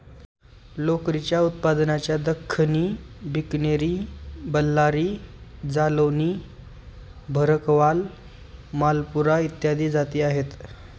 लोकरीच्या उत्पादनाच्या दख्खनी, बिकनेरी, बल्लारी, जालौनी, भरकवाल, मालपुरा इत्यादी जाती आहेत